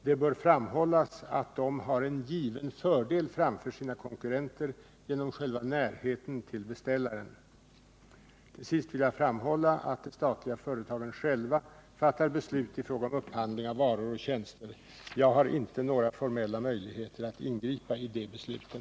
Det bör framhållas att dessa har en given fördel framför sina konkurrenter genom själva närheten till beställaren. Till sist vill jag framhålla att de statliga företagen själva fattar beslut i fråga om upphandling av varor och tjänster. Jag har inte några formella möjligheter att ingripa i de besluten.